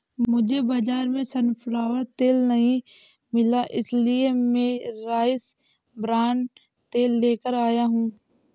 मुझे बाजार में सनफ्लावर तेल नहीं मिला इसलिए मैं राइस ब्रान तेल लेकर आया हूं